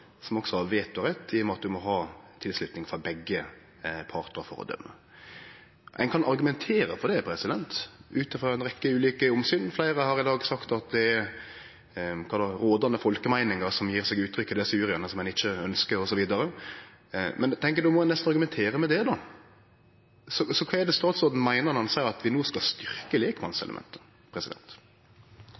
som også har vetorett i og med at ein må ha tilslutning frå begge partar for å dømme. Ein kan argumentere for det ut frå ei rekkje ulike omsyn. Fleire har i dag sagt at det er den rådande folkemeininga som gjev seg uttrykk i desse juryane, og som ein ikkje ønskjer osv. Men eg tenkjer at då må ein nesten argumentere med det. Kva er det statsråden meiner når han seier at vi no skal